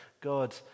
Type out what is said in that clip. God